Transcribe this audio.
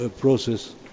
process